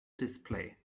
display